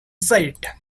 said